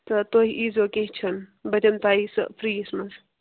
تہٕ تُہۍ اِیٖزیو کیٚنٛہہ چھُنہٕ بہٕ دِمہٕ تۄہہِ سُہ فرٛی یَس منٛز